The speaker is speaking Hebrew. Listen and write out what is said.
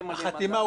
החתימה הופסקה.